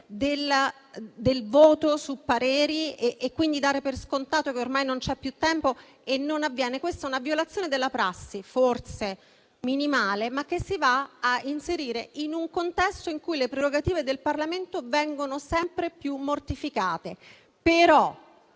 del voto sui pareri, dando per scontato che ormai non c'è più tempo. Questa è una violazione della prassi, forse minimale, ma che si va a inserire in un contesto in cui le prerogative del Parlamento vengono sempre più mortificate.